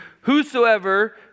whosoever